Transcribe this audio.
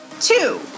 Two